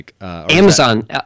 Amazon